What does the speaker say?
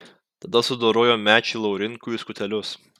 tada sudorojo mečį laurinkų į skutelius